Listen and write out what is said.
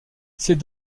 ces